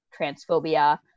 transphobia